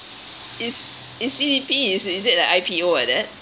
is is C_D_P is is it like I_P_O like that